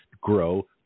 Grow